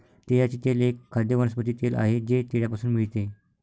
तिळाचे तेल एक खाद्य वनस्पती तेल आहे जे तिळापासून मिळते